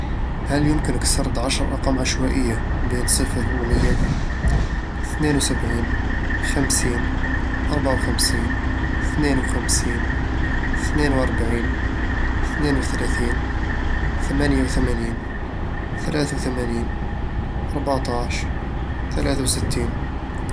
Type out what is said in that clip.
هل يمكنك سرد عشر أرقام عشوائية بين صفر ومية؟ اثنان وسبعين، خمسين، وأربعة وخمسين، اثنان وخمسين، اثنان وأربعين، اثنان وثلاثين، ثمانية وثمانين، ثلاثة وثمانين، أربعة عشر، ثلاثة وستين